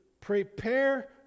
prepare